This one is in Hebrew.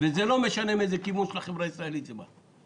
וזה לא משנה מאיזה כיוון של החברה הישראלית זה בא.